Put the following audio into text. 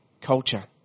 culture